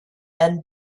and